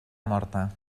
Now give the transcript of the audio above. morta